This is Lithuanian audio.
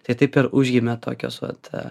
tai taip ir užgimė tokios vat